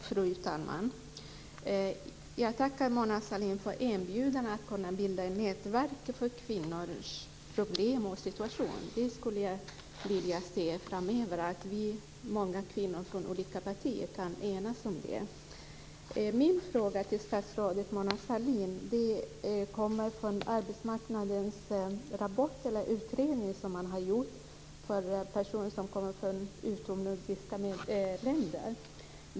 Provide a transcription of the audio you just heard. Fru talman! Jag tackar Mona Sahlin för inbjudan att bilda ett nätverk om kvinnors problem och situation. Det skulle jag vilja se framöver att vi många kvinnor från olika partier kunde enas om. Min fråga till statsrådet Mona Sahlin hämtar jag från en arbetsmarknadsutredning som har gjorts om personer som kommer från utomnordiska länder.